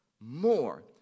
more